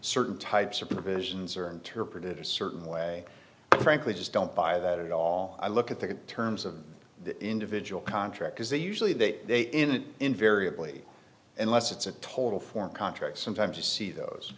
certain types of provisions are interpreted a certain way frankly just don't buy that at all i look at the terms of the individual contract as they usually they in it invariably unless it's a total form contract sometimes you see those